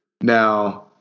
Now